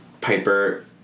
Piper